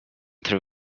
three